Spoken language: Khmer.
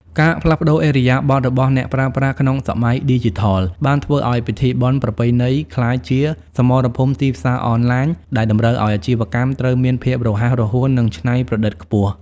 ការផ្លាស់ប្តូរឥរិយាបថរបស់អ្នកប្រើប្រាស់ក្នុងសម័យឌីជីថល បានធ្វើឱ្យពិធីបុណ្យប្រពៃណីក្លាយជា "សមរភូមិទីផ្សារអនឡាញ" ដែលតម្រូវឱ្យអាជីវកម្មត្រូវមានភាពរហ័សរហួន និងច្នៃប្រឌិតខ្ពស់។